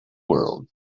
world